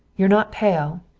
you're not pale,